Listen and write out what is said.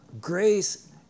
Grace